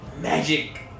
Magic